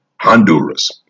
Honduras